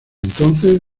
entonces